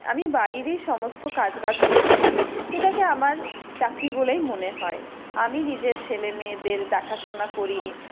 আমি বাড়িরই সমস্ত কাজ বাজ করে থাকি যেটাকে আমার চাকরি বলেই মনে হয় আমি নিজের ছেলেমেয়েদের দেখাশোনা করি